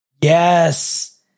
Yes